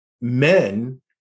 men